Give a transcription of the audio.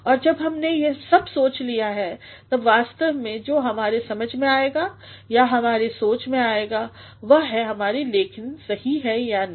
और जब हमने यह सब सोच लिया है तब वास्तव में जो हमारेसमझ में आएगा या हमारे सोच में आएगा वह है कि हमारी लेखन सही है या नहीं